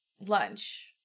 Lunch